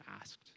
asked